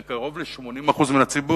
זה קרוב ל-80% מהציבור.